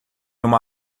uma